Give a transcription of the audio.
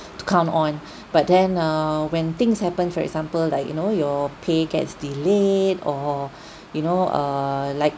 to count on but then err when things happen for example like you know your pay gets delayed or you know err like